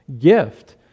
gift